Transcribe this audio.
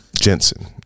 jensen